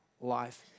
life